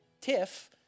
tiff